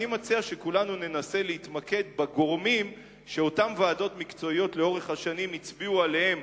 אני מציע שכולנו ננסה להתמקד בגורמים שאותן ועדות מקצועיות הצביעו עליהם